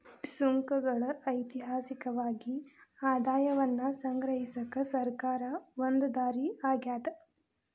ಸುಂಕಗಳ ಐತಿಹಾಸಿಕವಾಗಿ ಆದಾಯವನ್ನ ಸಂಗ್ರಹಿಸಕ ಸರ್ಕಾರಕ್ಕ ಒಂದ ದಾರಿ ಆಗ್ಯಾದ